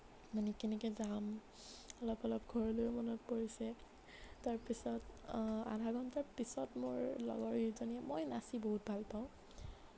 মানে কেনেকৈ যাম অলপ অলপ ঘৰলৈ মনত পৰিছে তাৰপিছত আধা ঘণ্টাৰ পিছত মোৰ লগৰকেইজনীয়ে মই নাচি বহুত ভাল পাওঁ